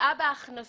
פגיעה קשה בהכנסות.